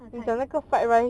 它的菜